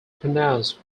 pronounced